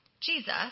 Jesus